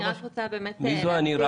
אני רק רוצה באמת להציג --- מי זו "אני" רק?